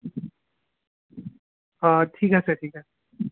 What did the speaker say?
অ ঠিক আছে ঠিক আছে